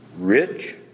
Rich